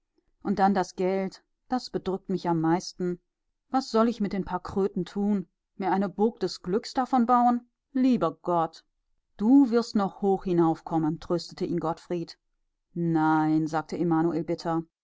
und dann das geld das bedrückt mich am meisten was soll ich mit den paar kröten tun mir eine burg des glücks davon bauen lieber gott du wirst noch hoch hinauf kommen tröstete ihn gottfried nein sagte emanuel bitter